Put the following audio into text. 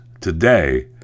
Today